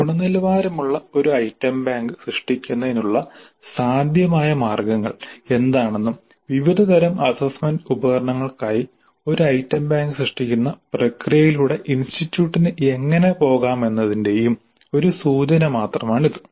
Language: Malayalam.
ഗുണനിലവാരമുള്ള ഒരു ഐറ്റം ബാങ്ക് സൃഷ്ടിക്കുന്നതിനുള്ള സാധ്യമായ മാർഗ്ഗങ്ങൾ എന്താണെന്നും വിവിധ തരം അസ്സസ്സ്മെന്റ് ഉപകരണങ്ങൾക്കായി ഒരു ഐറ്റം ബാങ്ക് സൃഷ്ടിക്കുന്ന പ്രക്രിയയിലൂടെ ഇൻസ്റ്റിറ്റ്യൂട്ടിന് എങ്ങനെ പോകാമെന്നതിന്റെയും ഒരു സൂചന മാത്രമാണ് ഇത്